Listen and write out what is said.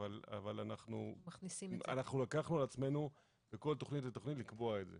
אבל לקחנו על עצמנו בכל תכנית ותכנית לקבוע את זה